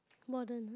what do you